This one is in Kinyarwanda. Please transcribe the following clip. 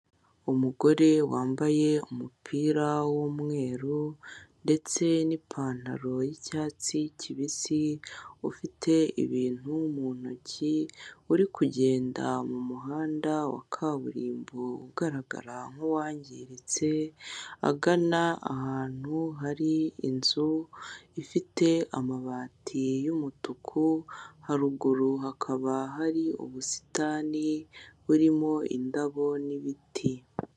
umugore wambaye umupira w'umweru ndetse n'ipanaro y'icyatsi kibisi ufite ibintu mu ntoki uri kugenda mu muhanda wa kaburimbo ugaragara nk'uwangiritse agana ahantu hari inzu ifite amabati y'umutuku, haruguru hakaba hari ubusitani burimo indabo n'ibiti.